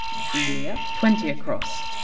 delia twenty across.